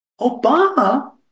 Obama